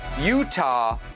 Utah